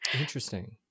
Interesting